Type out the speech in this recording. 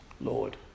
Lord